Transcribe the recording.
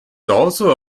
also